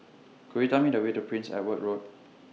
Could YOU Tell Me The Way to Prince Edward Road